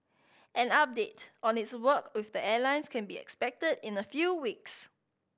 an update on its work with the airlines can be expected in a few weeks